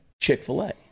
Chick-fil-A